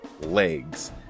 legs